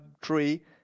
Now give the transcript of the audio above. tree